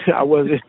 yeah i wasn't